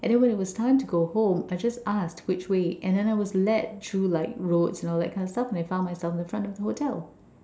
and when it was time to go home I just asked which way and then I was led through like roads and all that kinds of stuff and I found myself at the front of the hotel